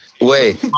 Wait